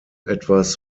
etwas